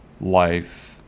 life